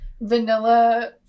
vanilla